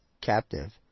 captive